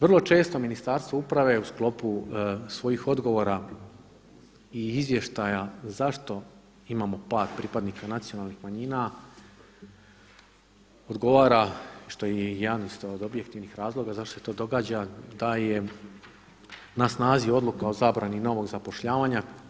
Vrlo često Ministarstvo uprave u sklopu svojih odgovora i izvještaja zašto imamo par pripadnika nacionalnih manjina odgovara, što jedan od objektivnih razloga zašto se to događa, da je na snazi odluka o zabrani novog zapošljavanja.